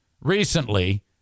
recently